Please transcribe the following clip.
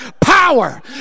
power